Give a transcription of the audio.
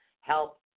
help